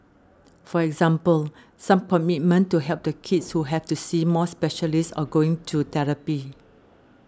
for example some commitment to help the kids who have to see more specialists or going to therapy